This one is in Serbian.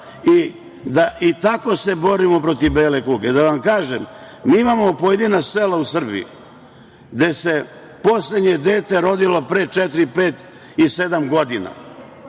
i tako se borimo protiv bele kuge. Da vam kažem, mi imamo pojedina sela u Srbije gde se poslednje dete rodilo pre četiri,